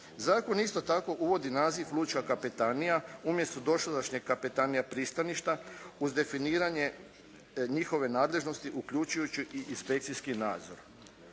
Zakon isto tako uvodi naziv lučka kapetanija umjesto dosadašnjeg kapetanija pristaništa uz definiranje njihove nadležnosti uključujući i inspekcijskih nadzor.